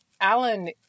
alan